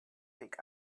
pick